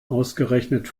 ausgerechnet